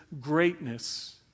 greatness